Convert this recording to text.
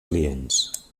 clients